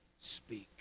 speak